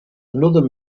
another